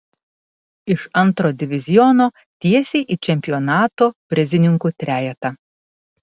iš antro diviziono tiesiai į čempionato prizininkų trejetą